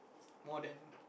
more than